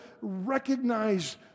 recognize